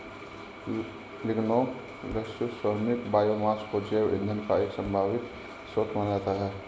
lignocellulosic biomass को जैव ईंधन का एक संभावित स्रोत माना जाता है